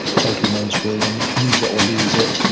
totally mainstream. use it or lose it,